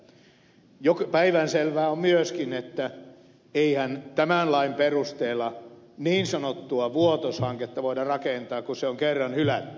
päivänselvää on myöskin että eihän tämän lain perusteella niin sanottua vuotos hanketta voida rakentaa kun se on kerran hylätty